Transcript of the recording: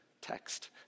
text